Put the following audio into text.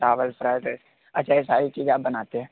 चावल फ्राईड है अच्छा यह सारी चीज़ें आप बनाते हैं